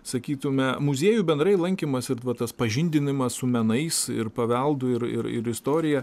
sakytume muziejų bendrai lankymas ir vat tas pažindinimas su menais ir paveldu ir ir ir istorija